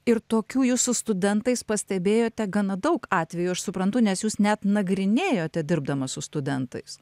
ir tokių jūs su studentais pastebėjote gana daug atvejų aš suprantu nes jūs net nagrinėjote dirbdamas su studentais